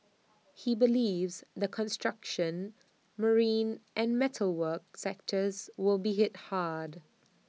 he believes the construction marine and metal work sectors will be hit hard